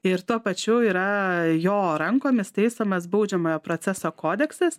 ir tuo pačiu yra jo rankomis taisomas baudžiamojo proceso kodeksas